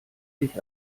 sich